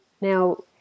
Now